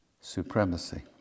supremacy